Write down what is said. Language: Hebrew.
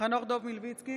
חנוך דב מלביצקי,